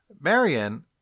Marion